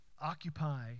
occupy